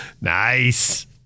Nice